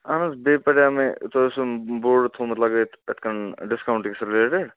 اَہن حظ بیٚیہِ پَریو مےٚ تۄہہِ اوسوٕ بوڑ تھومُت لَگٲوِتھ یِتھ کَن ڈِسکاوُنٛٹٕکِس رِلیٹِڈ